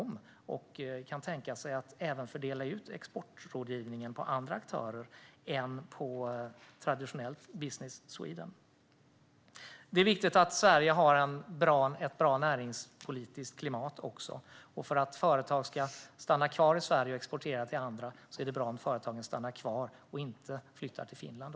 Kan man tänka sig att fördela exportrådgivningen på andra aktörer än traditionella Business Sweden? Det är också viktigt att Sverige har ett bra näringspolitiskt klimat för att företag ska stanna kvar i Sverige och exportera till andra. Det är bra om företagen stannar kvar och inte flyttar till Finland.